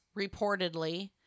reportedly